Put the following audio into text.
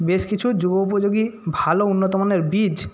বেশ কিছু যুগোপযোগী ভালো উন্নতমানের বীজ